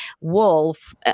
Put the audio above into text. Wolf